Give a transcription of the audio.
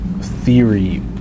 theory